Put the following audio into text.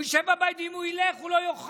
הוא ישב בבית, ואם הוא ילך, הוא לא יאכל.